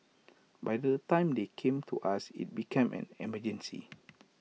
by the time they came to us IT has become an emergency